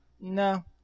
No